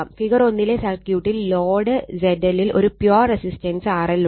figure 1 ലെ സർക്യൂട്ടിൽ load ZL ൽ ഒരു പ്യുവർ റെസിസ്റ്റൻസ് RL ഉണ്ട്